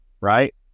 right